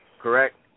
correct